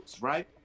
right